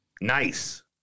Nice